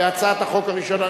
להצעת החוק הראשונה?